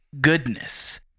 goodness